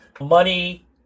money